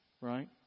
right